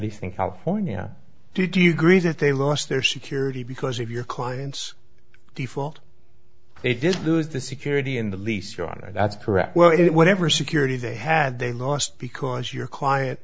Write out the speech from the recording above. least in california do you agree that they lost their security because of your client's default they did lose the security in the lease your honor that's correct well it whatever security they had they lost because your client